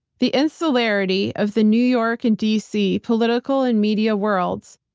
the insularity of the new york and d. c. political and media worlds,